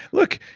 look,